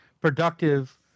productive